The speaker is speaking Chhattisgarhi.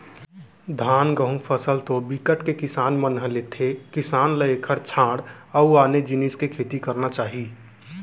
धान, गहूँ फसल तो बिकट के किसान मन ह लेथे किसान ल एखर छांड़ अउ आने जिनिस के खेती करना चाही